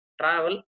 travel